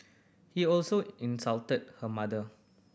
he also insulted her mother